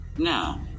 Now